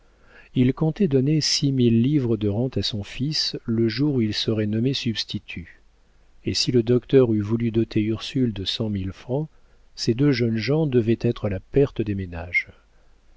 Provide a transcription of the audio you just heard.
il comptait donner six mille livres de rentes à son fils le jour où il serait nommé substitut et si le docteur eût voulu doter ursule de cent mille francs ces deux jeunes gens devaient être la perle des ménages